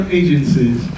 agencies